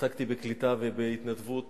כשעסקתי בקליטה ובהתנדבות